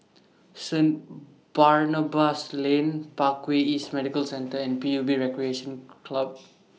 Saint Barnabas Lane Parkway East Medical Centre and P U B Recreation Club